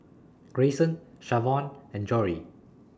Greyson Shavon and Jory